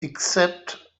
except